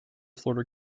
florida